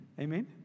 Amen